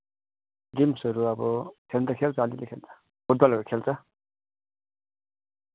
गेम्सहरू अब खेल्नु त खेल्छ अलिअलि खेल्छ फुटबलहरू खेल्छ